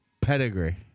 pedigree